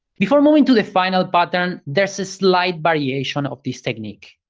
before moving to the final pattern, there's a slight variation of this technique.